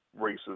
racist